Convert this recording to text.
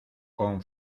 con